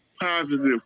positive